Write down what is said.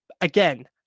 Again